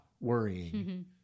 worrying